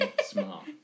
Smart